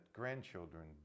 grandchildren